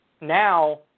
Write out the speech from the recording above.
Now